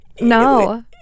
No